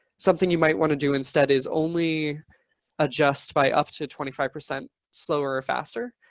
something you might want to do instead is only adjust by up to twenty five percent slower or faster.